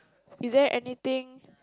is there anything